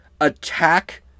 attack